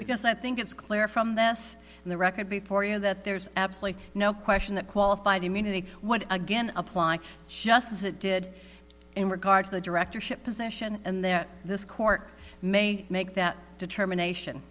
because i think it's clear from this in the record before you that there's absolutely no question that qualified immunity once again apply she just as it did in regard to the directorship possession and there this court may make that determination